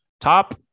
Top –